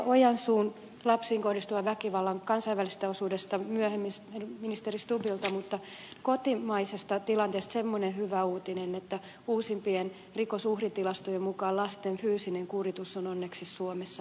ojansuun mainitsemasta lapsiin kohdistuvan väkivallan kansainvälisestä osuudesta myöhemmin ministeri stubbilta mutta kotimaisesta tilanteesta semmoinen hyvä uutinen että uusimpien rikosuhritilastojen mukaan lasten fyysinen kuritus on onneksi suomessa vähentynyt